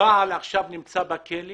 הבעל עכשיו נמצא בכלא